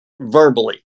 Verbally